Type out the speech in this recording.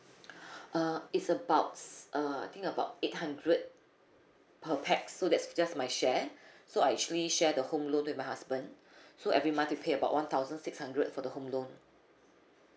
uh it's about uh I think about eight hundred per pax so that's just my share so I actually share the home loan with my husband so every month we pay about one thousand six hundred for the home loan